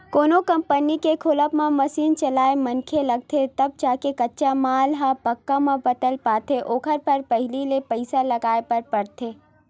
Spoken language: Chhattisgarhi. कोनो कंपनी के खोलब म मसीन चलइया मनखे लगथे तब जाके कच्चा माल ह पक्का म बदल पाथे ओखर बर पहिली ले पइसा लगाय बर परथे